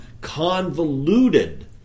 convoluted